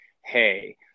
Hey